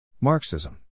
Marxism